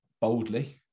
boldly